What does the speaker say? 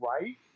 right